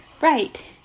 Right